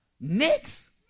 Next